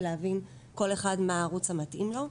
ולהבין כל אחד מה הערוץ המתאים לו.